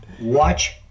watch